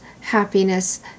happiness